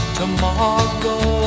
tomorrow